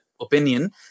opinion